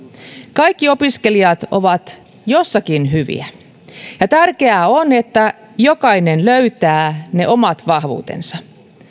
kaikki opiskelijat ovat jossakin hyviä ja tärkeää on että jokainen löytää ne omat vahvuutensa